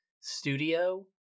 studio